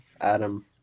Adam